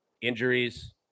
Injuries